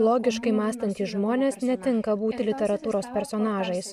logiškai mąstantys žmonės netinka būti literatūros personažais